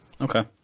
Okay